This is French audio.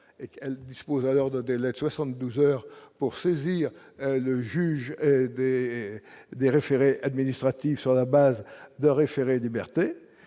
qu'elle dispose alors de délai de 72 heures pour saisir le juge avait des référés administratifs sur la base d'un référé liberté